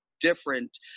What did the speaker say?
different